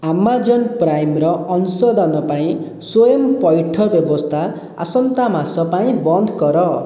Amazon ପ୍ରାଇମ୍ର ଅଂଶଦାନ ପାଇଁ ସ୍ଵୟଂ ପଇଠ ବ୍ୟବସ୍ଥା ଆସନ୍ତା ମାସ ପାଇଁ ବନ୍ଦ କର